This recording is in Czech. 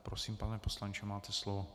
Prosím, pane poslanče, máte slovo.